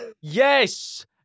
Yes